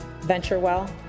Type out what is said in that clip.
VentureWell